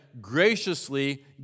graciously